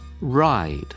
Ride